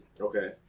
Okay